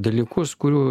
dalykus kurių